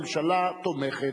הממשלה תומכת.